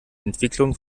entwicklung